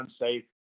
unsafe